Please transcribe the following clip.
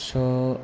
so